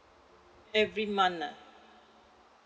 every month ah